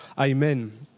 amen